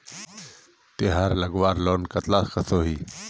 तेहार लगवार लोन कतला कसोही?